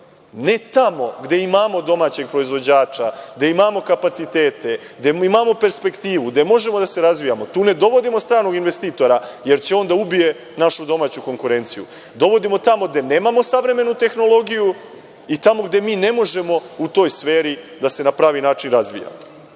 Tamo gde imamo domaćeg proizvođača, gde imamo kapacitete, gde imamo perspektivu, gde možemo da se razvijamo, tu ne dovodimo stranog investitora, jer će on da ubije našu domaću konkurenciju. Dovodimo tamo gde nemamo savremenu tehnologiju i tamo gde mi ne možemo u toj sferi da se na pravi način razvijamo. Taj